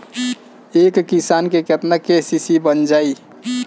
एक किसान के केतना के.सी.सी बन जाइ?